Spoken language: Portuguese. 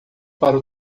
para